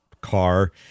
car